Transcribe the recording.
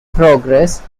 progress